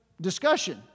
discussion